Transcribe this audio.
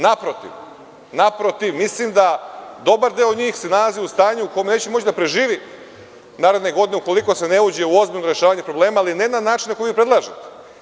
Naprotiv, mislim da dobar deo njih se nalazi u stanju u kome neće moći da preživi naredne godine ukoliko se ne uđe u ozbiljno rešavanje problema, ali ne na način na koji vi predlažete.